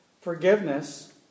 Forgiveness